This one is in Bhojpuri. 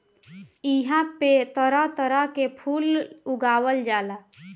इहां पे तरह तरह के फूल उगावल जाला